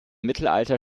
mittelalter